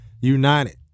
United